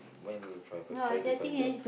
when you find trying to find job